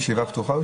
הישיבה פתוחה?